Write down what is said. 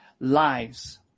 lives